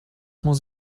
muss